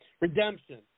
Redemption